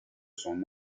son